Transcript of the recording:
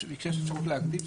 כשיש אפשרות להקדים,